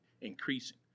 increasing